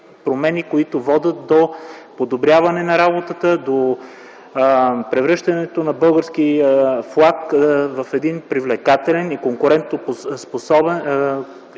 които водят до подобряване на работата, до превръщането на българския флаг в привлекателен и конкурентен